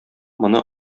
моны